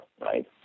right